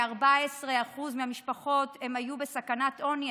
כ-14% מהמשפחות היו בסכנת עוני,